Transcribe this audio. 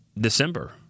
December